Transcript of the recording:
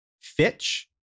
Fitch